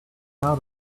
out